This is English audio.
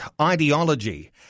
ideology